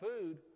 food